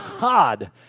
God